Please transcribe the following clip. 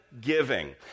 giving